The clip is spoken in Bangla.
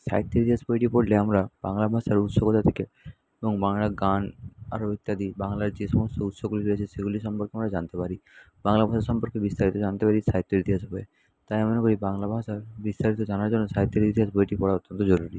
সাহিত্যের ইতিহাস বইটি পড়লে আমরা বাংলা ভাষার উৎস কোথায় থেকে এবং বাংলা গান আরও ইত্যাদি বাংলার যে সমস্ত উৎসগুলি রয়েছে সেগুলি সম্পর্কে আমরা জানতে পারি বাংলা ভাষা সম্পর্কে বিস্তারিত জানতে পারি সাহিত্যের ইতিহাস বইয়ে তাই আমি মনে করি বাংলা ভাষার বিস্তারিত জানার জন্য সাহিত্যের ইতিহাস বইটি পড়া অত্যন্ত জরুরি